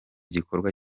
gikorwa